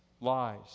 Lies